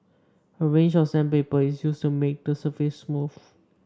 a range of sandpaper is used to make the surface smooth